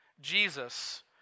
Jesus